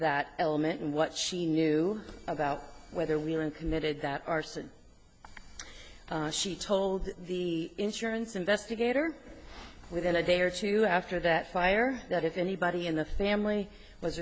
that element and what she knew about whether we're in committed that arson she told the insurance investigator within a day or two after that fire that if anybody in the family was